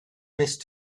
missed